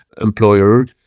employer